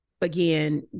again